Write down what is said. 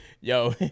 Yo